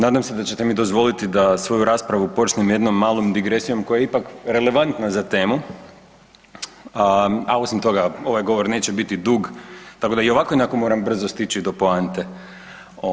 Nadam se da ćete mi dozvoliti da svoju raspravu počnem jednom malom digresijom koja je ipak relevantna za temu, a osim toga, ovaj govor neće biti dug, tako da i ovako i onako moram brzo stići do poante.